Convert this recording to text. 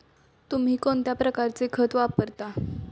तुम्ही कोणत्या प्रकारचे खत वापरता?